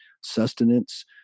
sustenance